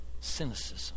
cynicism